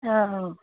অঁ অঁ